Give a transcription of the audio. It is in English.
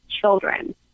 children